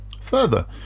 Further